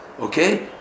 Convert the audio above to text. Okay